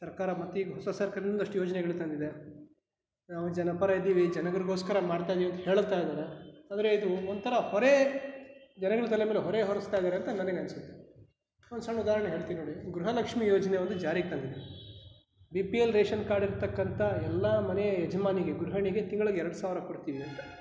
ಸರ್ಕಾರ ಮತ್ತೀಗ ಹೊಸ ಹೊಸ ಯೋಜನೆಗಳನ್ನು ತಂದಿದೆ ನಾವು ಜನಪರ ಇದ್ದೀವಿ ಜನಗಳಿಗೋಸ್ಕರ ಮಾಡ್ತಾ ಇದೀವಿ ಅಂತ ಹೇಳ್ತಾ ಇದ್ದಾರೆ ಆದರೆ ಇದು ಒಂಥರ ಹೊರೆ ಜನಗಳ ತಲೆಮೇಲೆ ಹೊರೆ ಹೊರಿಸ್ತಾ ಇದ್ದಾರೆ ಅಂತ ನನಗನ್ನಿಸುತ್ತೆ ಒಂದು ಸಣ್ಣ ಉದಾಹರಣೆ ಹೇಳ್ತೀನಿ ನೋಡಿ ಗೃಹಲಕ್ಷ್ಮಿ ಯೋಜನೆ ಒಂದು ಜಾರಿಗೆ ತಂದಿದ್ದರು B P L ration card ಇರತಕ್ಕಂಥ ಎಲ್ಲ ಮನೆ ಯಜಮಾನಿಗೆ ಗೃಹಣಿಗೆ ತಿಂಗಳ್ಗೆ ಎರಡು ಸಾವಿರ ಕೊಡ್ತೀವಿ ಅಂತ